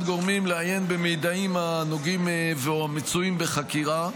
גורמים לעיין במידעים הנוגעים או המצויים בחקירה.